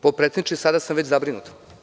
Potpredsedniče, sada sam već zabrinut.